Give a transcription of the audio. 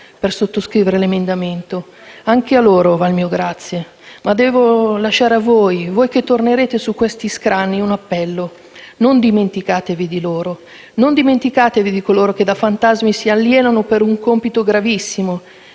per sottoscrivere l'emendamento, ai quali pure va il mio grazie. Devo lasciare a voi, voi che tornerete su questi scranni, un appello: non dimenticatevi dei *caregiver*, di coloro che da fantasmi si alienano per un compito gravosissimo,